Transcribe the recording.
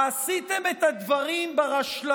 כל העולם כולו זה העולם המדומה.